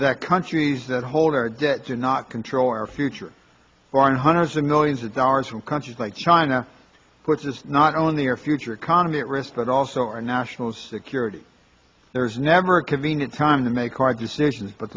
that countries that hold our debt do not control our future foreign hundreds of millions of dollars from countries like china which is not only our future economy at risk but also our national security there's never a convenient time to make hard decisions but